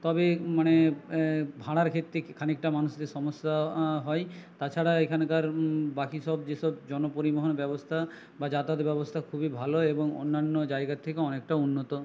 তবে মানে ভাড়ার ক্ষেত্রে খানিকটা মানুষদের সমস্যা হয় তাছাড়া এখানকার বাকি সব যে সব জনপরিবহন ব্যবস্থা বা যাতায়াত ব্যবস্থা খুবই ভালো এবং অন্যান্য জায়গার থেকে অনেকটা উন্নত